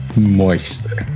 Moisture